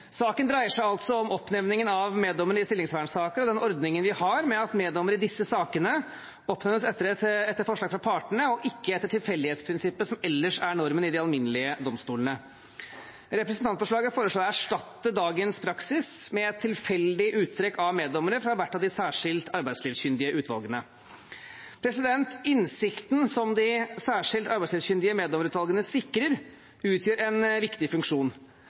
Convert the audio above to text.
Saken dreier seg altså om oppnevningen av meddommere i stillingsvernsaker og den ordningen vi har med at meddommere i disse sakene oppnevnes etter forslag fra partene og ikke etter tilfeldighetsprinsippet, som ellers er normen i de alminnelige domstolene. Representantforslaget foreslår å erstatte dagens praksis med et tilfeldig uttrekk av meddommere fra hvert av de særskilt arbeidslivskyndige utvalgene. Innsikten som de særskilt arbeidslivskyndige meddommerutvalgene sikrer, utgjør en viktig funksjon.